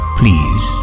please